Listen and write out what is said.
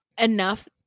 enough